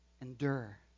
endure